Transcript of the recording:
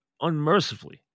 unmercifully